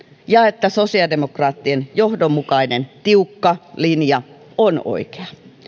ja että sosiaalidemokraattien johdonmukainen tiukka linja on oikea